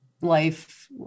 life